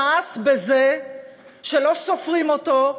שמאס בזה שלא סופרים אותו,